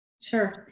Sure